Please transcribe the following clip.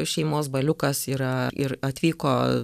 šeimos baliukas yra ir atvyko